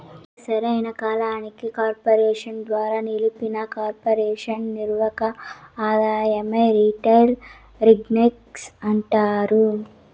ఇక సరైన కాలానికి కార్పెరేషన్ ద్వారా నిలిపిన కొర్పెరేషన్ నిర్వక ఆదాయమే రిటైల్ ఎర్నింగ్స్ అంటాండారు